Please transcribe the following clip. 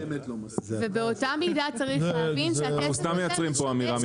אתם סתם מייצרים פה אמירה מיותרת.